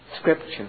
scripture